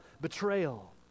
betrayal